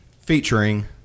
Featuring